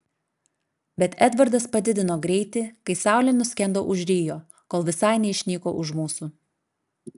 bet edvardas padidino greitį kai saulė nuskendo už rio kol visai neišnyko už mūsų